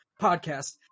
podcast